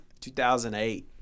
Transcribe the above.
2008